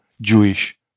Jewish